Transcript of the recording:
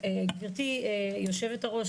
גברתי יושבת הראש,